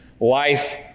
life